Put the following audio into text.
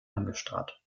angestarrt